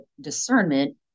discernment